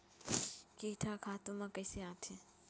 कीट ह खातु म कइसे आथे?